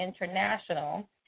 international